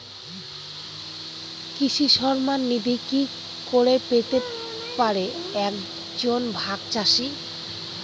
কৃষক সন্মান নিধি কি করে পেতে পারে এক জন ভাগ চাষি?